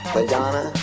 Madonna